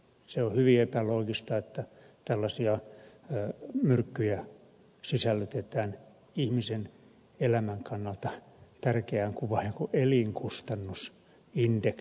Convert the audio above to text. se on hyvin epäloogista että tällaisia myrkkyjä sisällytetään ihmisen elämän kannalta niin tärkeään kuvaajaan kuin elinkustannusindeksiin